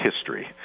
history